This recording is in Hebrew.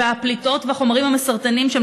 ועל הפליטות והחומרים המסרטנים שם,